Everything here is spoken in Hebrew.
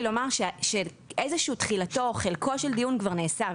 לומר שאיזה שהוא חלק של דיון כבר נעשה,